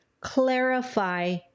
clarify